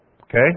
Okay